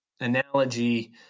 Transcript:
analogy